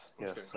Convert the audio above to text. Yes